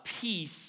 peace